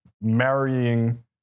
marrying